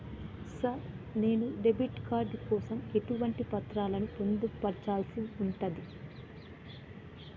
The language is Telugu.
సార్ నేను డెబిట్ కార్డు కోసం ఎటువంటి పత్రాలను పొందుపర్చాల్సి ఉంటది?